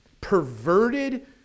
perverted